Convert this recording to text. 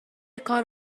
کار